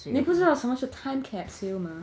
你不知道什么是 time capsule 吗